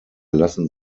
lassen